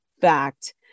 fact